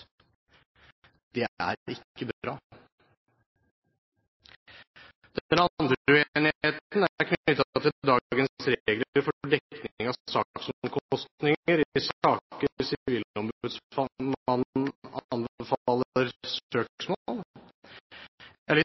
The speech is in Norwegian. Det er ikke bra. Den andre uenigheten er knyttet til dagens regler for dekning av saksomkostninger i saker der sivilombudsmannen anbefaler søksmål. Jeg er litt